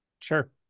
Sure